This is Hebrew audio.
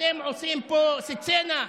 עושים פה סצינה?